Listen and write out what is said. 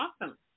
awesome